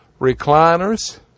Recliners